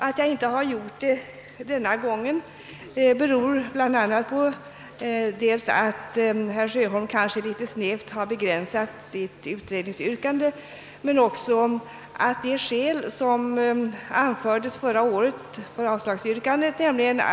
Att jag inte har gjort det denna gång beror på att herr Sjöholm en aning snävt begränsat sitt utredningsyrkande men också på att det skäl för avslagsyrkandet, som anfördes förra året, nu fått mera tyngd. Utskottet hänvisade förra.